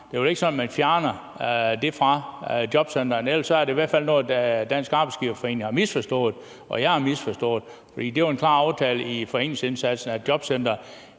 Det er vel ikke sådan, at man fjerner det fra jobcentrene? Ellers er det i hvert fald noget, Dansk Arbejdsgiverforening har misforstået – og jeg har misforstået – for det var en klar aftale i forbindelse med forenklingsindsatsen, at jobcentrene